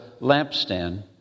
lampstand